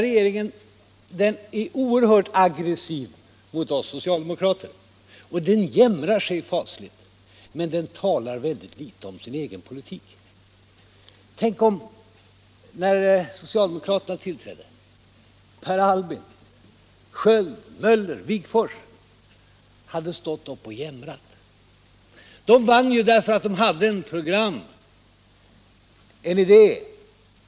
Regeringen är oerhört aggressiv mot oss socialdemokrater, och den jämrar sig fasligt samtidigt som den talar väldigt litet om sin egen politik. Tänk om, när socialdemokraterna tillträdde, Per Albin, Sköld, Möller och Wigforss hade stått upp och jämrat sig. De vann ju därför att de hade ett program, en idé.